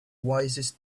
wisest